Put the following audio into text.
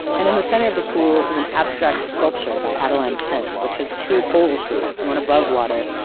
and in the center of the pool is an abstract sculpture by adaline kent, which has two holes through it. one above water,